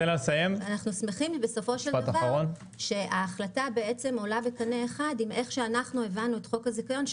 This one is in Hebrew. אנו שמחים שההחלטה עולה בקנה אחד עם איך שאנחנו הבנו את חוק הזיכיון,